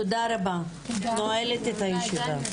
תודה רבה, אני נועלת את הישיבה.